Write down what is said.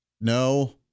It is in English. No